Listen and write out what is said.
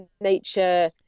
nature